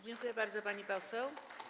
Dziękuję bardzo, pani poseł.